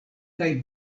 kaj